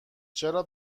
چرا